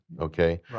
okay